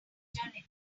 eternity